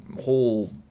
whole